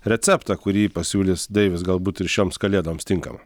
receptą kurį pasiūlys deivis galbūt ir šioms kalėdoms tinkamą